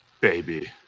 baby